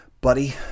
buddy